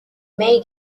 may